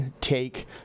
take